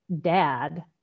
dad